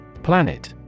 planet